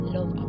Love